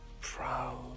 proud